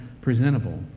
presentable